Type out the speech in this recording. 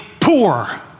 poor